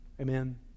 Amen